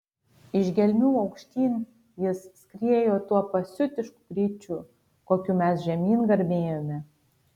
iš gelmių aukštyn jis skriejo tuo pasiutišku greičiu kokiu mes žemyn garmėjome